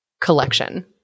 collection